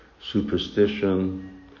superstition